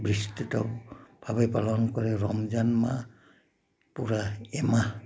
বিস্তৃতভাৱে পালন কৰে ৰমজান মাহ পূৰা এমাহ